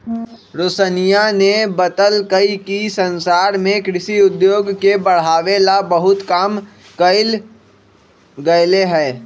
रोशनीया ने बतल कई कि संसार में कृषि उद्योग के बढ़ावे ला बहुत काम कइल गयले है